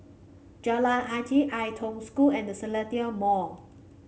Jalan Jati Ai Tong School and The Seletar Mall